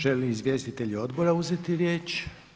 Želi li izvjestitelji odbora uzeti riječ?